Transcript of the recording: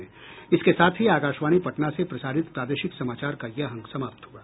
इसके साथ ही आकाशवाणी पटना से प्रसारित प्रादेशिक समाचार का ये अंक समाप्त हुआ